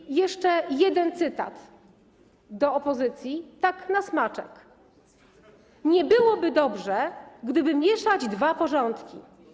I jeszcze jeden cytat do opozycji, tak na smaczek: Nie byłoby dobrze, gdyby mieszać dwa porządki.